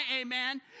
Amen